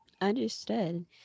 Understood